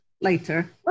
later